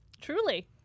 Truly